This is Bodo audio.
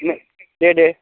दे दे